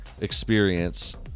experience